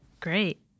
Great